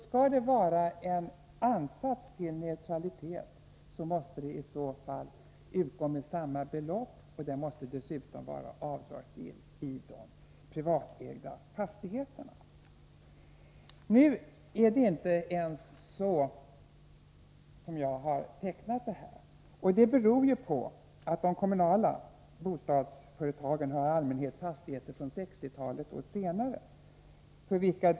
Skall det göras en ansats till neutralitet, måste det vara samma belopp och avdragsgillt när det gäller de privatägda fastigheterna. Nu är det inte alls så bra som jag har beskrivit. De kommunala bostadsföretagen har i allmänhet fastigheter som byggts under 1960-talet eller senare.